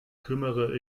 kümmere